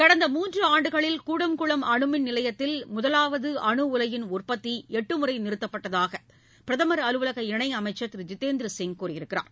கடந்த மூன்றுஆண்டுகளில் கூடங்குளம் அணுமின் நிலையத்தில் முதலாவதுஅணுஉலையின் உற்பத்திஎட்டுமுறைநிறுத்தப்பட்டதாகபிரதமர் அலுவலக இணையமைச்சர் திரு ஜிதேந்திரசிங் கூறியிருக்கிறார்